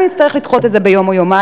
גם אם נצטרך לדחות את זה ביום או יומיים,